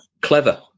clever